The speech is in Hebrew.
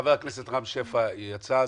חבר הכנסת רם שפע יצא.